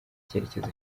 icyerekezo